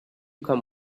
come